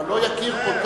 אבל לא יקיר כל כך.